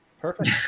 Perfect